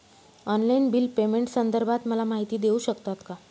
Online bill पेमेंटसंदर्भात मला माहिती देऊ शकतात का?